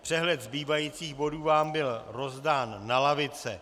Přehled zbývajících bodů vám byl rozdán na lavice.